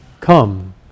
come